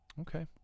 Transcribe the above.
Okay